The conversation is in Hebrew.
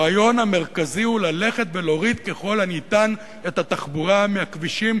הרעיון המרכזי הוא ללכת ולהוריד ככל הניתן את התחבורה מהכבישים,